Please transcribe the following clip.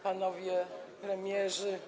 Panowie Premierzy!